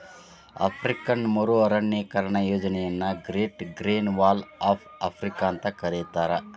African ಮರು ಅರಣ್ಯೇಕರಣ ಯೋಜನೆಯನ್ನ great green wall of Africa ಅಂತ ಕರೇತಾರ